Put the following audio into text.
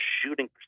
shooting